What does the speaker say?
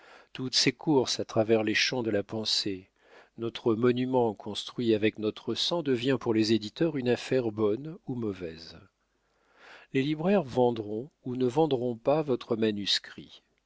toutes ces courses à travers les champs de la pensée notre monument construit avec notre sang devient pour les éditeurs une affaire bonne ou mauvaise les libraires vendront ou ne vendront pas votre manuscrit